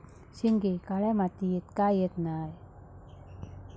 शेंगे काळ्या मातीयेत का येत नाय?